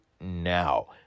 now